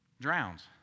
drowns